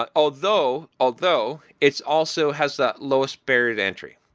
ah although although it's also has that lowest bared entry.